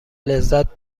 لذت